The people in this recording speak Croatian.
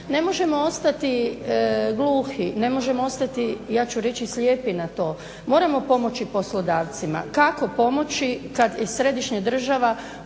Ne možemo ostati gluhi ne možemo ostati ja ću reći slijepi na to, moramo pomoći poslodavcima. Kako pomoći kada i središnja država umjesto